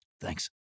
Thanks